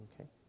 Okay